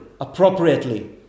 appropriately